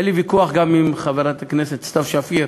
היה לי ויכוח גם עם חברת הכנסת סתיו שפיר,